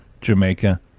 jamaica